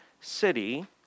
city